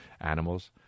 animals